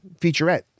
featurette